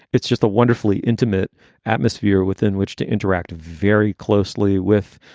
it's just a wonderfully intimate atmosphere within which to interact very closely with,